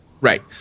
Right